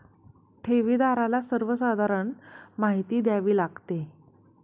ठेवीदाराला सर्वसाधारण माहिती द्यावी लागते